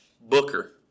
Booker